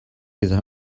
his